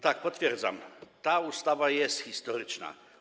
Tak, potwierdzam, ta ustawa jest historyczna.